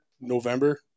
november